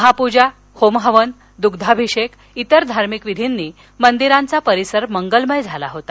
महापूजा होमहवन दुग्धाभिषेक इतर धार्मिक विधींनी मदिरांचा परिसर मंगलमय झाला होता